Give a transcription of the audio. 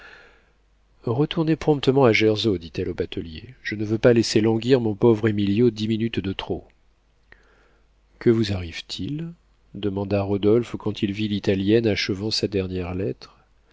retournez promptement à gersau dit-elle aux bateliers je ne veux pas laisser languir mon pauvre émilio dix minutes de trop que vous arrive-t-il demanda rodolphe quand il vit l'italienne achevant sa dernière lettre